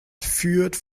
führt